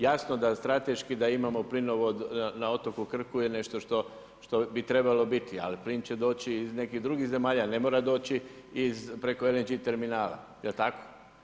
Jasno da strateški da imamo plinovod na otoku Krku je nešto što bi trebalo biti, al plin će doći iz nekih drugih zemalja, ne mora doći preko LNG terminala, jel tako?